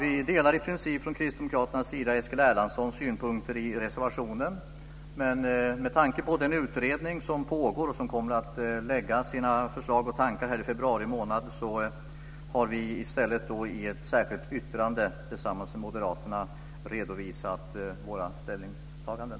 Vi delar i princip från kristdemokraternas sida Eskil Erlandssons synpunkter i reservationen, men med tanke på den utredning som pågår och som kommer att lägga fram sina förslag och tankar i februari månad har vi i stället i ett särskilt yttrande tillsammans med moderaterna redovisat våra ställningstaganden.